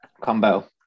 combo